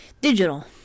Digital